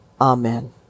Amen